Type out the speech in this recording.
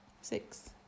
Six